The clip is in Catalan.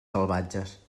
salvatges